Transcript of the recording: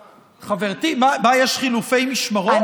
חברתי, מה, יש חילופי משמרות?